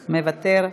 מוותר.